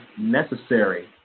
necessary